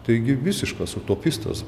taigi visiškas utopistas